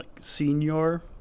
senior